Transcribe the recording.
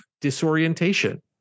disorientation